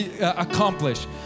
accomplish